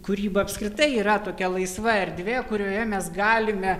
kūryba apskritai yra tokia laisva erdvė kurioje mes galime